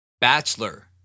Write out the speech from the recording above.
Bachelor